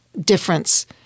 difference